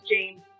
James